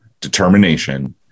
determination